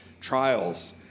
trials